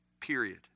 period